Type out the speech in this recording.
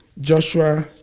Joshua